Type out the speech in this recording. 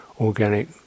organic